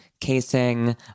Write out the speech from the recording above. casing